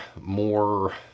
more